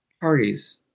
parties